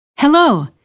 Hello